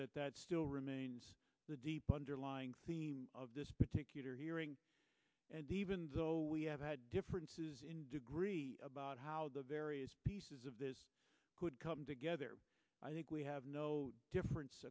that that still remains the deep underlying theme of this particular hearing and even though we have had differences in degree about how the various pieces of this could come together i think we have no difference